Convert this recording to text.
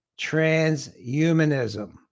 Transhumanism